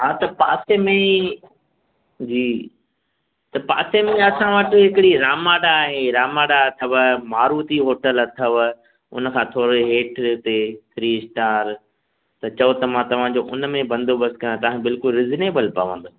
हा त पासे में ई जी त पासे में असां वटि हिकिड़ी रामाडा आहे रामाडा अथव मारुती हॉटल अथव उन खां थोरो हेठि ते थ्री स्टार त चओ त मां तव्हां जो उन में बंदोबस्तु कयां तव्हां जे बिल्कुलु रिजिनेबल पवंदो